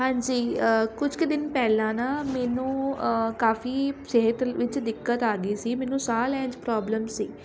ਹਾਂਜੀ ਕੁਛ ਕੁ ਦਿਨ ਪਹਿਲਾਂ ਨਾ ਮੈਨੂੰ ਕਾਫੀ ਸਿਹਤ ਵਿੱਚ ਦਿੱਕਤ ਆ ਗਈ ਸੀ ਮੈਨੂੰ ਸਾਹ ਲੈਣ 'ਚ ਪ੍ਰੋਬਲਮ ਸੀ